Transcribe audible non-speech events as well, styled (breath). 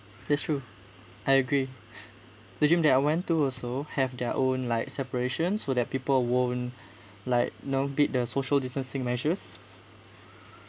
that's true I agree (breath) the gym that I went to also have their own like separations so that people won't like you know beat the social distancing measures